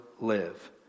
live